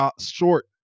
short